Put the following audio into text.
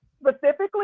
specifically